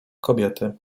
kobiety